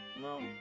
No